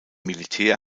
militär